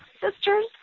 sisters